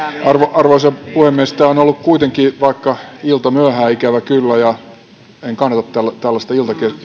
arvoisa puhemies tämä on ollut kuitenkin vaikka iltamyöhään ikävä kyllä enkä kannata tällaista